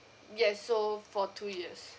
yes so for two years